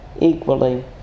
equally